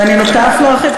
ואני נוטה להרחיב.